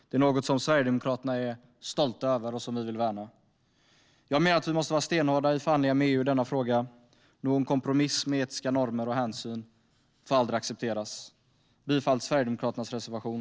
Det är något som Sverigedemokraterna är stolta över och vill värna. Jag menar att vi måste vara stenhårda i förhandlingarna med EU i denna fråga. Någon kompromiss med etiska normer och hänsyn får aldrig accepteras. Jag yrkar bifall till Sverigedemokraternas reservation.